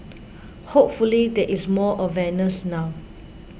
hopefully there is more awareness now